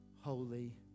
holy